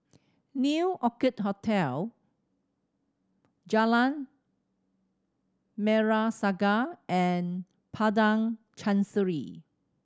New Orchid Hotel Jalan Merah Saga and Padang Chancery